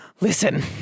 listen